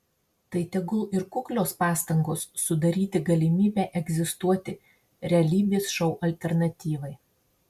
tai tegul ir kuklios pastangos sudaryti galimybę egzistuoti realybės šou alternatyvai